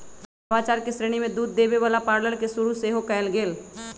नवाचार के श्रेणी में दूध देबे वला पार्लर के शुरु सेहो कएल गेल